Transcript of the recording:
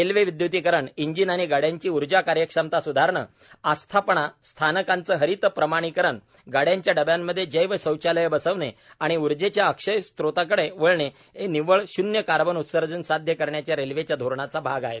railway विद्य्तीकरण engine आणि गाड्यांची ऊर्जा कार्यक्षमता स्धारणे आस्थापना स्थानकांचे हरित प्रमाणीकरण गाड्यांच्या डब्यांमध्ये जैव शौचालये बसविणे आणि ऊर्जेच्या अक्षय स्त्रोतांकडे वळणे हे निव्वळ शून्य कार्बन उत्सर्जन साध्य करण्याच्या रेल्वेच्या धोरणाचा भाग आहेत